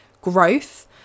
growth